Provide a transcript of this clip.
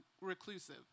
reclusive